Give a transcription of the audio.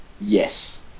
Yes